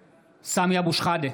(קורא בשמות חברי הכנסת) סמי אבו שחאדה,